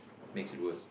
makes it worse